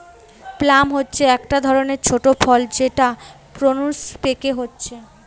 plum হচ্ছে একটা ধরণের ছোট ফল যেটা প্রুনস পেকে হচ্ছে